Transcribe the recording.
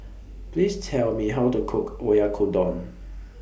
Please Tell Me How to Cook Oyakodon